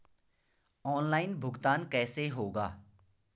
Online भुगतान कैसे होगा?